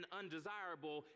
undesirable